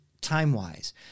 time-wise